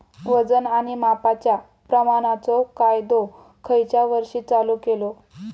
वजन आणि मापांच्या प्रमाणाचो कायदो खयच्या वर्षी चालू केलो?